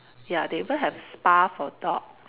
ya they even have spa for dogs